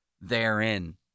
therein